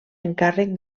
encàrrec